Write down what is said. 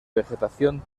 vegetación